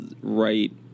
Right